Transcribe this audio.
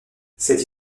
cette